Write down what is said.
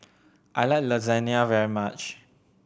I like Lasagna very much